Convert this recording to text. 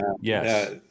Yes